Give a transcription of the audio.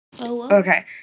Okay